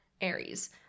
Aries